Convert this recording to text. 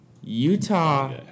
Utah